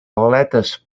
aletes